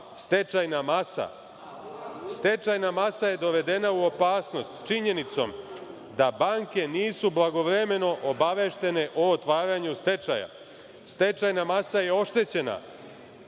Stečajna masa je dovedena u opasnost činjenicom da banke nisu blagovremeno obaveštene o otvaranju stečaja. Stečajna masa je oštećena. Dakle,